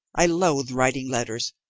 i loathe writing letters,